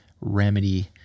remedy